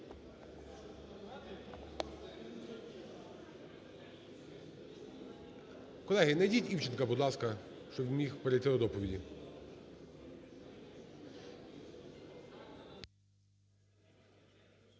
Колеги, найдіть Івченка, будь ласка, щоб міг перейти до доповіді.